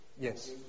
Yes